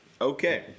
Okay